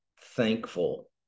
thankful